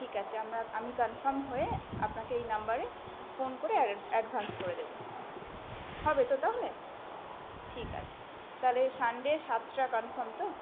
ঠিক আছে আমার আমি কানফার্ম হয়ে আপনাকে এই নাম্বারে ফোন করে অ্যাডভান্স করে দেবো হবে তো তাহলে ঠিক আছে তালে সানডে সাতটা কনফার্ম তো